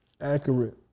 accurate